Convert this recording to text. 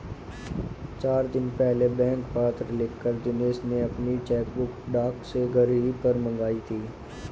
चार दिन पहले बैंक में पत्र लिखकर दिनेश ने अपनी चेकबुक डाक से घर ही पर मंगाई थी